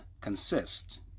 consist